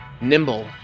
Nimble